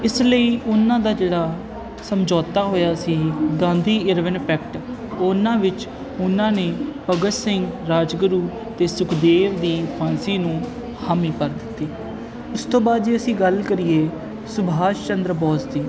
ਇਸ ਲਈ ਉਹਨਾਂ ਦਾ ਜਿਹੜਾ ਸਮਝੌਤਾ ਹੋਇਆ ਸੀ ਗਾਂਧੀ ਇਰਵਿਨ ਪੈਕਟ ਉਹਨਾਂ ਵਿੱਚ ਉਹਨਾਂ ਨੇ ਭਗਤ ਸਿੰਘ ਰਾਜਗੁਰੂ ਅਤੇ ਸੁਖਦੇਵ ਦੀ ਫਾਂਸੀ ਨੂੰ ਹਾਮੀ ਭਰ ਦਿੱਤੀ ਉਸ ਤੋਂ ਬਾਅਦ ਜੇ ਅਸੀਂ ਗੱਲ ਕਰੀਏ ਸੁਭਾਸ਼ ਚੰਦਰ ਬੋਸ ਦੀ